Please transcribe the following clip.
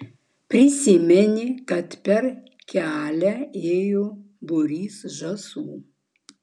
prisiminė kad per kelią ėjo būrys žąsų